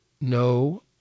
No